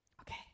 Okay